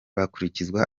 bakurikiza